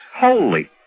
Holy